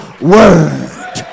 word